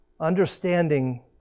Understanding